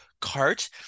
cart